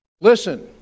Listen